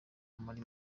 muri